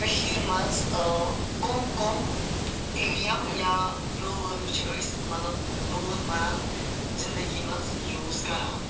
کٔشیٖرِ مَنٛز کم کم ایٖڈیَم یا پروؤرب چھِ أسۍ مَطلَب روزمَرہ زِندگی مَنٛز یوٗز کَران